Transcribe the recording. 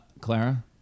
Clara